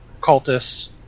cultists